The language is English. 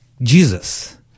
Jesus